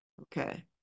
Okay